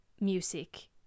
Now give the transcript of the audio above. music